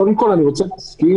קודם כל, אני רוצה להסכים